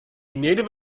native